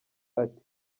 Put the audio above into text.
ati